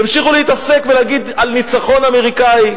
תמשיכו להתעסק ולהגיד על ניצחון אמריקני,